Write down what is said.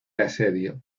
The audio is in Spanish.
asedio